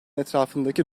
etrafındaki